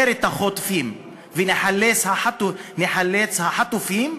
גם אם נאתר את החוטפים ונחלץ את החטופים,